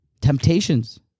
temptations